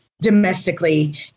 domestically